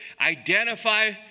identify